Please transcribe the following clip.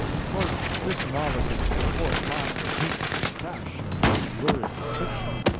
of course this novice's report lacked whoop and crash and lurid description,